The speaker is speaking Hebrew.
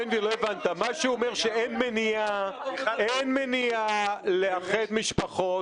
מה שהוא אומר זה שאין מניעה לאחד משפחות